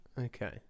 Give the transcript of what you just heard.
okay